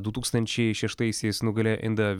du tūkstančiai šeštaisiais nugalėjo indą